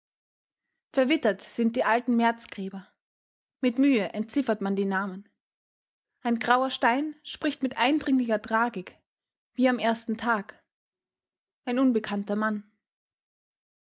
verwittert sind die alten märzgräber mit mühe entziffert man die namen ein grauer stein spricht mit eindringlicher tragik wie am ersten tag ein unbekannter mann